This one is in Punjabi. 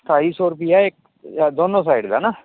ਢਾਈ ਸੌ ਰੁਪਈਆ ਇੱਕ ਦੋਨੋਂ ਸਾਈਡ ਦਾ ਨਾ